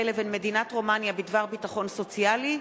לבין מדינת רומניה בדבר ביטחון סוציאלי.